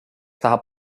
tahab